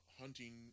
hunting